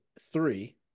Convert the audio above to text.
three